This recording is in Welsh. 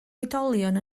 oedolion